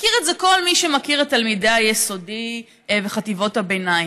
מכיר את זה כל מי שמכיר את תלמידי היסודי וחטיבות הביניים.